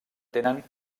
tenen